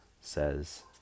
says